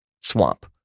swamp